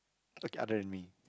okay other than me